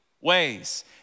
ways